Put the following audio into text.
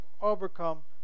overcome